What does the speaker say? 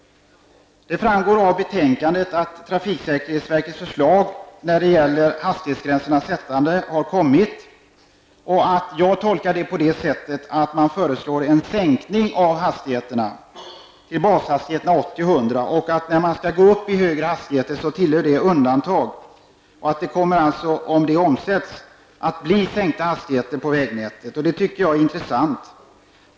Det framgår av betänkandet att trafiksäkerhetsverkets förslag när det gäller hastighetsgränssättandet har kommit. Jag tolkar det så att man föreslår en sänkning av bashastigheterna till 80 och 100 km. i timmen och att högre hastigheter tillhör undantagen. Det kommer alltså, om detta omsätts i verkligheten, bli sänkta hastigheter på vägnätet. Det tycker jag är intressant.